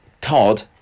Todd